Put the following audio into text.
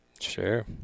Sure